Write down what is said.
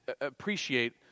appreciate